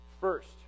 First